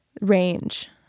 range